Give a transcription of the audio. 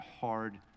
hard